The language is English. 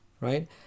right